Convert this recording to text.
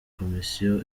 komisiyo